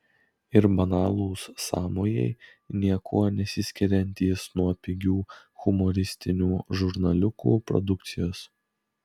ir banalūs sąmojai niekuo nesiskiriantys nuo pigių humoristinių žurnaliukų produkcijos